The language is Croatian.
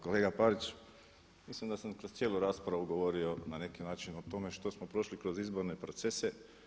Kolega Parić, mislim da sam kroz cijelu raspravu govorio na neki način o tome što smo prošli kroz izborne procese.